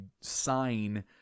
sign